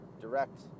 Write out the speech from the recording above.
direct